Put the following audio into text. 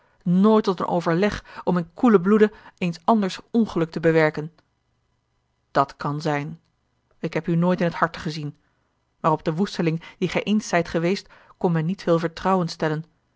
nooit tot een overleg om in koelen bloede eens anders ongeluk te bewerken dat kan zijn ik heb u nooit in t harte gezien maar op den woesteling die gij eens zijt geweest kon men niet veel vertrouwen stellen